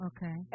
Okay